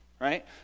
Right